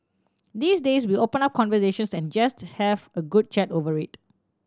these days we open up conversations and just have a good chat over it